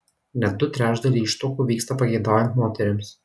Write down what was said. net du trečdaliai ištuokų vyksta pageidaujant moterims